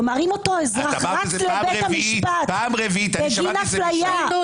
-- כלומר אם אותו אזרח רץ לבית משפט בגין אפליה